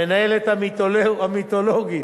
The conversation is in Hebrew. המנהלת המיתולוגית